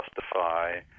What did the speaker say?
justify